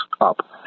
up